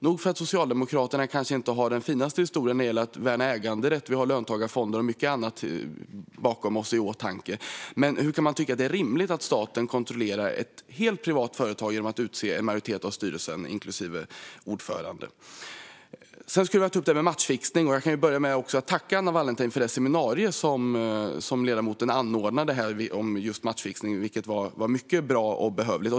Nog för att Socialdemokraterna kanske inte har den finaste historien när det gäller att värna äganderätt - vi har löntagarfonder och mycket annat bakom oss. Men hur kan man tycka att det är rimligt att staten kontrollerar ett helt privat företag genom att utse en majoritet av styrelsen, inklusive ordföranden? Sedan skulle jag vilja ta upp detta med matchfixning. Jag kan börja med att tacka Anna Wallentheim för det seminarium som ledamoten anordnade om just matchfixning - det var mycket bra och behövligt.